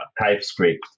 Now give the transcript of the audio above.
TypeScript